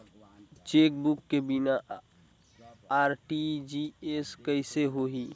Chequebook के बिना RTGS कइसे होही?